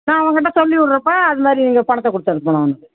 நான் அவங்கிட்ட சொல்லிவிட்றேப்பா அதுமாதிரி நீங்கள் பணத்தை கொடுத்தனுப்பணும் அவனுக்கு